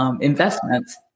Investments